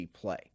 play